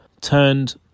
turned